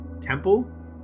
temple